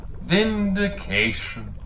Vindication